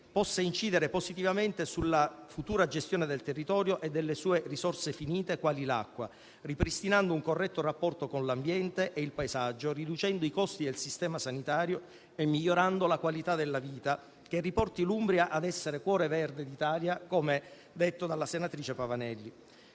possa incidere positivamente sulla futura gestione del territorio e delle sue risorse finite, quali l'acqua, ripristinando un corretto rapporto con l'ambiente e il paesaggio, riducendo i costi del sistema sanitario e migliorando la qualità della vita, riportando l'Umbria ad essere cuore verde d'Italia, come detto dalla senatrice Pavanelli.